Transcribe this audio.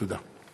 תודה.